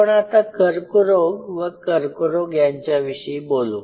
आपण आता कर्करोग व कर्करोग यांच्या विषयी बोलू